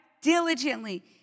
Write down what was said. Diligently